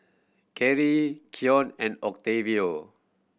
Carry Coen and Octavio